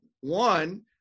One